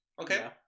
Okay